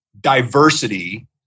diversity